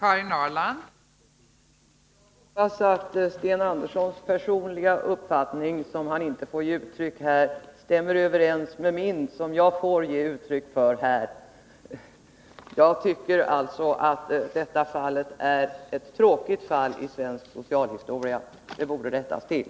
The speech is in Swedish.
Fru talman! Jag hoppas att Sten Anderssons personliga uppfattning, som han inte får ge uttryck för här, stämmer överens med min, som jag får ge uttryck för här. Jag tycker alltså att detta är ett tråkigt fall i svensk socialhistoria. Det borde rättas till.